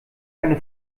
eine